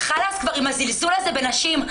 חַלַס כבר עם הזלזול הזה בנשים.